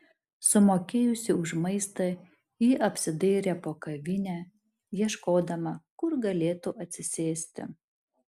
sumokėjusi už maistą ji apsidairė po kavinę ieškodama kur galėtų atsisėsti